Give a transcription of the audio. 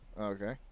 Okay